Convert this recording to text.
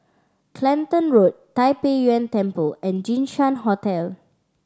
Clacton Road Tai Pei Yuen Temple and Jinshan Hotel